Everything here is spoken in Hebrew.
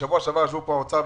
בשבוע שעבר ישבו פה נציגי האוצר,